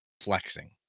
flexing